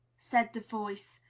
said the voice.